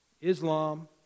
Islam